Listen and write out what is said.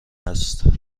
هست